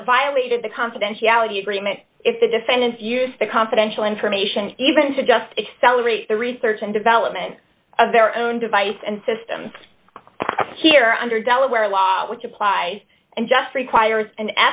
all it violated the confidentiality agreement if the defendants used the confidential information even to just accelerated the research and development of their own device and system here under delaware law which apply and just requires an